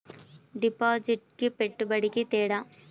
డిపాజిట్కి పెట్టుబడికి తేడా?